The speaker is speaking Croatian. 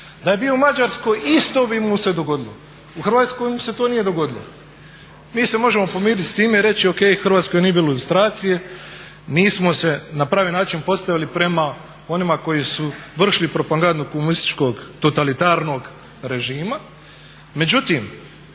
je bio u Mađarskoj isto bi mu se dogodilo. U Hrvatskoj mu se to nije dogodilo. Mi se možemo pomiriti s time i reći o.k. U Hrvatskoj nije bilo lustracije, nismo se na pravi način postavili prema onima koji su vršili propagandu komunističkog totalitarnog režima. Međutim,